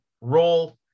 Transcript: role